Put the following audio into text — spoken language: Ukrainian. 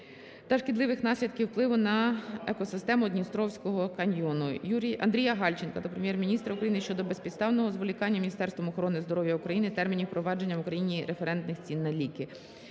та шкідливих наслідків впливу на екосистему Дністровського каньйону. Андрія Гальченка до Прем'єр-міністра України щодо безпідставного зволікання Міністерством охорони здоров'я України термінів впровадження в Україні референтних цін на ліки.